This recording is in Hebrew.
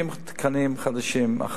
תקנים חדשים לרופאים,